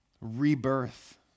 rebirth